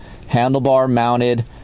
handlebar-mounted